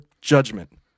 judgment